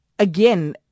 Again